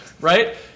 right